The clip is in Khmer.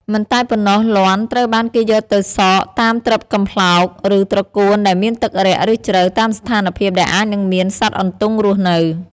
មិនតែប៉ុណ្ណោះ លាន់ ត្រូវបានគេយកទៅស៊ក តាមត្រឹបកំប្លោក ឬត្រកួនដែលមានទឹករាក់ ឬជ្រៅ តាមស្ថានភាពដែលអាចនឹងមានសត្វអន្ទង់រស់នៅ។